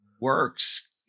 works